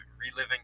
reliving